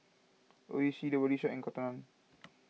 Oishi the Body Shop and Cotton on